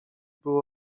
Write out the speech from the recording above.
były